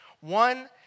One